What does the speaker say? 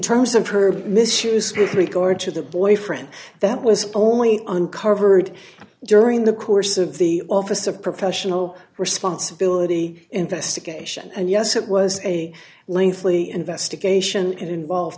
terms of her misuse case regard to the boyfriend that was only uncovered during the course of the office of professional responsibility investigation and yes it was a lengthly investigation it involved